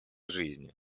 жизни